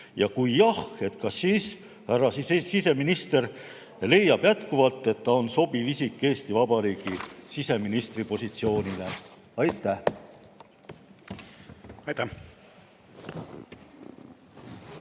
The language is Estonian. Ja kui jah, siis kas härra siseminister leiab jätkuvalt, et ta on sobiv isik Eesti Vabariigi siseministri positsioonil? Palun